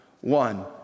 one